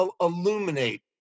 illuminate